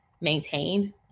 maintained